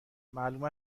معلوم